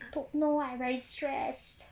I don't know I very stressed